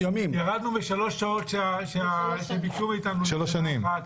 ירדנו משלוש שנים שביקשו מאיתנו לשנה אחת,